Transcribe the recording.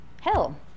hell